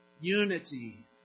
Unity